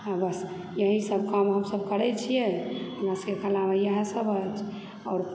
हँ बस यहीसभ काम हमसभ करैत छियै हमरा सभकेँ कलामे इएहसभ अछि